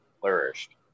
flourished